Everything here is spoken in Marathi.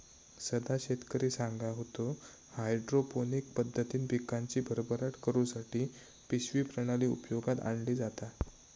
सदा शेतकरी सांगा होतो, हायड्रोपोनिक पद्धतीन पिकांची भरभराट करुसाठी पिशवी प्रणाली उपयोगात आणली जाता